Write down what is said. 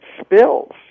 spills